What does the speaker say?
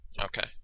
Okay